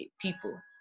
people